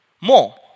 More